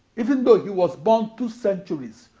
even though he was born two centuries,